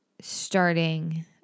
starting